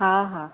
हा हा